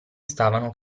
stavano